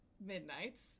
Midnight's